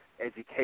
education